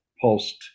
pulsed